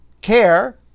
care